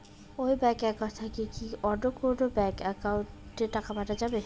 এই bank account থাকি কি অন্য কোনো ব্যাংক একাউন্ট এ কি টাকা পাঠা যাবে?